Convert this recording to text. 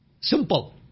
Simple